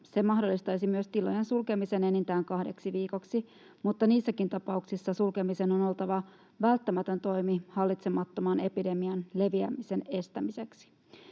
mahdollistaisi myös tilojen sulkemisen enintään kahdeksi viikoksi, mutta niissäkin tapauksissa sulkemisen on oltava välttämätön toimi hallitsemattoman epidemian leviämisen estämiseksi.